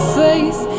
faith